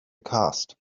cast